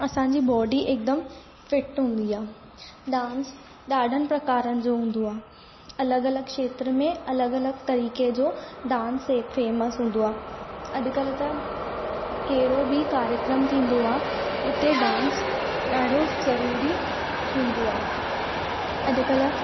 असांजी बॉडी हिकदमि फिट हूंदी आहे डांस ॾाढनि प्रकारनि जा हूंदो आहे अलॻि अलॻि खेत्र में अलॻि अलॻि तरीक़े जो डांस हिकु फेमस हूंदो आहे अॼुकल्ह त कहिड़ो बि कार्यक्रम थींदो आहे हुते डांस ॾाढो ज़रूरी हूंदो आहे अॼुकल्ह